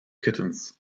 kittens